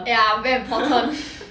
ya I'm very important